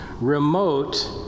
remote